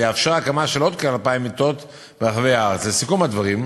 עוד כ-120 מיליון